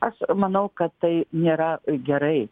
aš manau kad tai nėra gerai